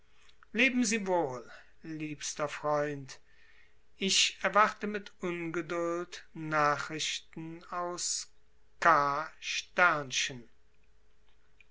leben sie wohl liebster freund ich erwarte mit ungeduld nachrichten aus